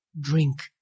drink